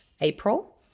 April